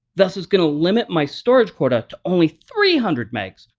thus, it's going to limit my storage quota to only three hundred megs,